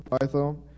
Python